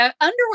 underwear